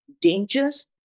dangers